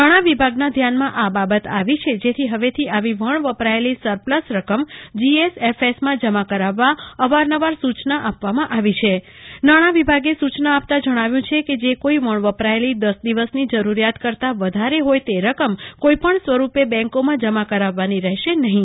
નાણાંવિભાગના ધ્યાનમાં આ બાબત આવી છે જેથી હવેથી આવી વણવપરાયેલી સરપલ્સ રકમ જીએસએફએસમાં જમા કરાવવા અવારનવાર સૂચના આપવામાં આવી છે નાણાંવિભાગે સૂચના આપતા જણાવ્યું છે કે જે કોઇ વણવપરાયેલી દસ દિવસની જરૂરિયાત કરતા વધારે હોય તે રકમ કોઇપણ સ્વરૂપે બેંકોમાં જમા કરાવવાની રહેશે નહીં